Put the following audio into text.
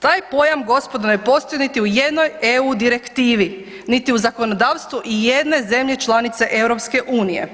Taj pojam gospodo ne postoji niti u jednoj EU direktivi, niti u zakonodavstvu ijedne zemlje članice EU.